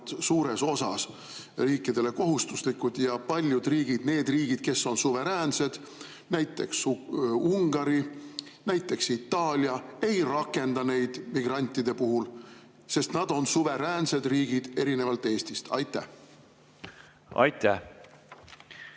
suures osas riikidele kohustuslikud. Paljud riigid, need riigid, kes on suveräänsed – näiteks Ungari, näiteks Itaalia –, ei rakenda neid migrantide puhul, sest nad on suveräänsed riigid, erinevalt Eestist. Jah. Ma